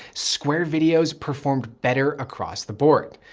square videos performed better across the board.